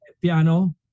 piano